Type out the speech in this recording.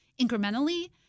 incrementally